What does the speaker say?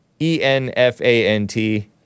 E-N-F-A-N-T